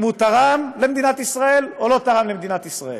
הוא תרם למדינת ישראל או לא תרם למדינת ישראל.